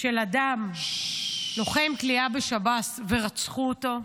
של אדם, לוחם כליאה בשב"ס, ורצחו אותו,